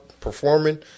performing